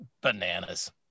bananas